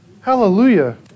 Hallelujah